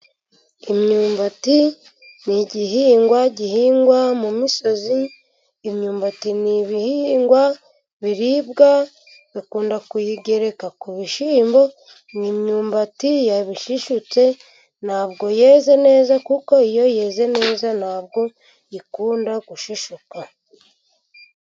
Imyumbati ni igihingwa gihingwa mu misozi, imyumbati ni ibihingwa biribwa bakunda kuyigereka ku bishyimbo, imyumbati yaba ishishutse ntabwo yeze neza, kuko iyo yeze neza ntabwo ikunda gushishuka.